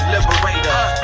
Liberator